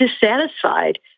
dissatisfied